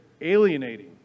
alienating